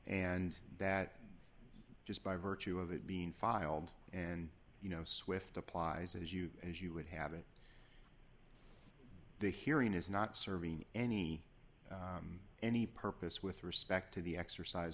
and that just by virtue of it being filed and you know swift applies as you as you would have it the hearing is not serving any any purpose with respect to the exercise